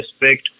respect